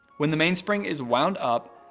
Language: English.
when the mainspring is wound up,